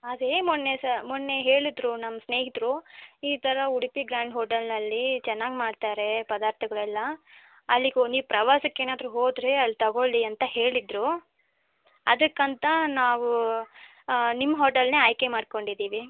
ಅದೇ ಮೊನ್ನೆ ಸಹ ಮೊನ್ನೆ ಹೇಳಿದರು ನನ್ನ ಸ್ನೇಹಿತರು ಈ ಥರ ಉಡುಪಿ ಗ್ರ್ಯಾಂಡ್ ಹೋಟೆಲಿನಲ್ಲಿ ಚೆನ್ನಾಗಿ ಮಾಡ್ತಾರೆ ಪದಾರ್ಥಗಳೆಲ್ಲ ಅಲ್ಲಿಗೆ ನೀವು ಪ್ರವಾಸಕ್ಕೇನಾದ್ರೂ ಹೋದರೆ ಅಲ್ಲಿ ತಗೊಳ್ಳಿ ಅಂತ ಹೇಳಿದರು ಅದಕ್ಕಂತ ನಾವು ನಿಮ್ಮ ಹೋಟೆಲನ್ನೇ ಆಯ್ಕೆ ಮಾಡಿಕೊಂಡಿದ್ದೀವಿ